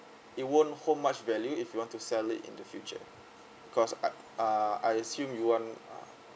it won't hold much value if you want to sell it in the future because I uh I assume you want uh